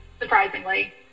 surprisingly